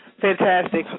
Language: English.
fantastic